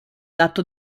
lato